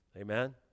Amen